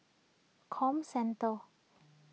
Comcentre